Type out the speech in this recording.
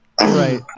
Right